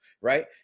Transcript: right